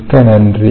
மிக்க நன்றி